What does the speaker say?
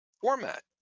format